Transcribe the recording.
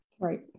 Right